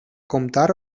comptar